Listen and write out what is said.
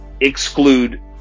exclude